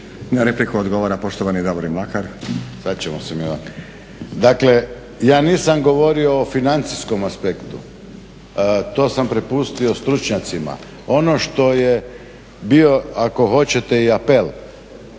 ja nisam govorio o financijskom aspektu, to sam prepustio stručnjacima. Ono što je bio ako hoćete i apel